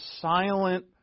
silent